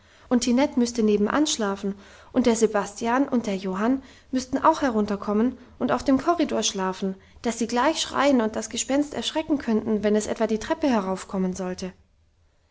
und tinette müsste nebenan schlafen und der sebastian und der johann müssten auch herunterkommen und auf dem korridor schlafen dass sie gleich schreien und das gespenst erschrecken könnten wenn es etwa die treppe heraufkommen wollte